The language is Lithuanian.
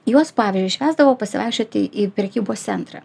juos pavyzdžiui išvesdavo pasivaikščioti į prekybos centrą